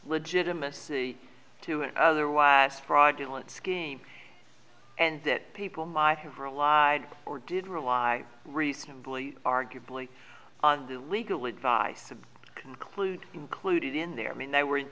legitimacy to an otherwise fraudulent scheme and that people might have relied or did rely reasonably arguably on the legal advice to conclude included in their mean they were in